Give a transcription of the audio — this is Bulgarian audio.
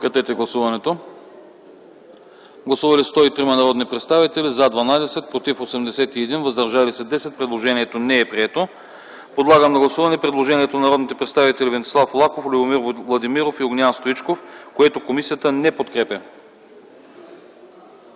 не подкрепя. Гласували 103 народни представители: за 12, против 81, въздържали се 10. Предложението не е прието. Подлагам на гласуване предложението на народните представители Венцислав Лаков, Любомир Владимиров и Огнян Стоичков, което комисията не подкрепя.